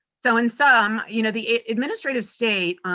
so in some, you know the administrative state,